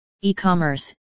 e-commerce